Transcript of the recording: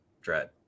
Dread